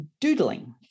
doodling